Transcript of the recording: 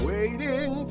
Waiting